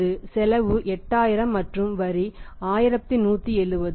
அது செலவு 8000 மற்றும் வரி 1170